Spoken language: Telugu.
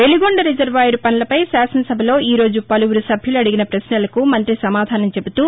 వెలిగొండ రిజర్వాయర్ పనులపై శాసనసభలో ఈ రోజు పలువురు సభ్యులు అడిగిన పశ్చలకు మంత్రి సమాధానం చెబుతూ